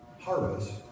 harvest